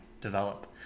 develop